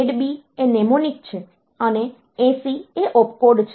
તેથી ADD B એ mnemonic છે અને 80 એ ઓપકોડ છે